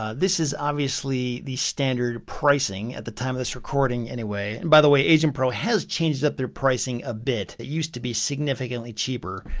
ah this is obviously the standard pricing at the time of this recording anyway. and by the way, agentpro has changed up their pricing a bit. it used to be significantly cheaper.